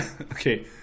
Okay